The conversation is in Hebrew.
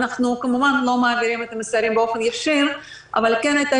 אנחנו כמובן לא מעבירים את המסרים באופן ישיר אבל כן הייתה